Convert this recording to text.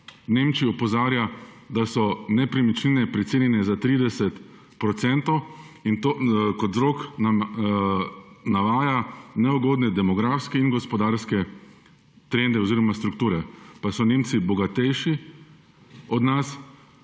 Nemčijo opozarja, da so nepremičnine precenjene za 30 %; in kot vzrok navaja neugodne demografske in gospodarske trende oziroma strukture; pa so Nemci bogatejši od nas